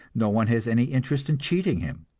no one has any interest in cheating him,